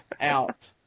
out